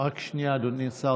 רק שנייה, אדוני השר.